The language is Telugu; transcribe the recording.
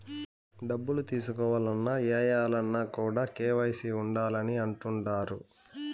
డబ్బులు తీసుకోవాలన్న, ఏయాలన్న కూడా కేవైసీ ఉండాలి అని అంటుంటారు